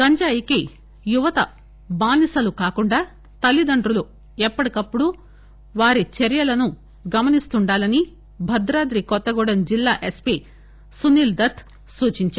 గంజాయికి యువత బానిసలు కాకుండా తల్లిదండ్రులు ఎప్పటికప్పుడు వారి చర్యలను గమనిస్తుండాలని భద్రాద్రి కొత్తగూడెం జిల్లా ఎస్పీ సునీల్ దత్ సూచించారు